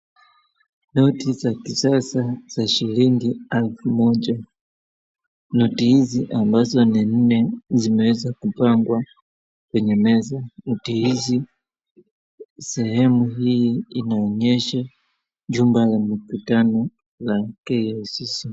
Noti za kisasa za shilingi elfu moja. Noti hizi ambazo ni nne zimeweza kupangwa kwenye meza. Noti hizi, sehemu hii inaonyesha jumba la mikutano la KICC.